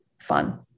fun